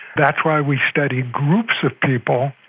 that's why we study groups of people,